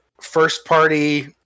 first-party